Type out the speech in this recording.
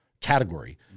category